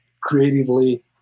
creatively